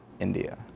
India